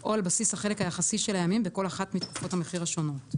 או על בסיס החלק היחסי של הימים בכל אחת מתקופות המחיר השונות.